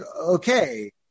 okay